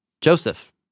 Joseph